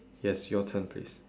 yes your turn please